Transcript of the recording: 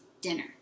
dinner